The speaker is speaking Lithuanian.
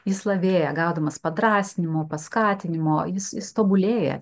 jis lavėja gaudamas padrąsinimo paskatinimo jis jis tobulėja